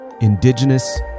indigenous